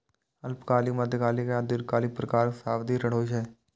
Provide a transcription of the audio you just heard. अल्पकालिक, मध्यकालिक आ दीर्घकालिक प्रकारक सावधि ऋण होइ छै